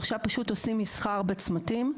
ועכשיו פשוט עושים מסחר בצמתים.